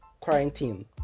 quarantine